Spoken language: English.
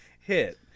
hit